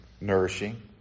nourishing